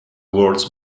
words